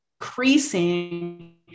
increasing